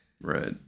Right